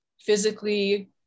physically